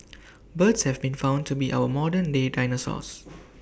birds have been found to be our modern day dinosaurs